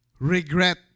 Regret